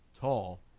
tall